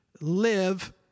live